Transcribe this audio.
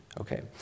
Okay